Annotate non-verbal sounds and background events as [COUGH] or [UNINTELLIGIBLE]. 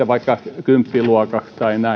[UNINTELLIGIBLE] vaikka kymppiluokaksi